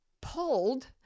pulled